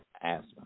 asthma